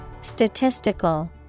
Statistical